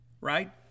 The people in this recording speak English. right